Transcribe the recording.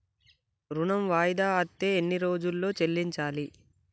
ఋణం వాయిదా అత్తే ఎన్ని రోజుల్లో చెల్లించాలి?